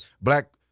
black